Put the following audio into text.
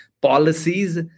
policies